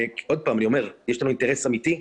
יש לנו אינטרס אמיתי,